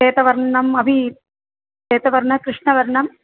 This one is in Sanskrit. श्वेतवर्णम् अपि श्वेतवर्णं कृष्णवर्णं